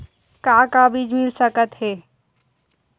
का का बीज मिल सकत हे?